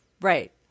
Right